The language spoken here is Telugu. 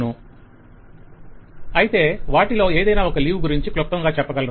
వెండర్ అయితే వాటిలో ఏదైనా ఒక లీవ్ గురించి క్లుప్తంగా చెప్పగలరా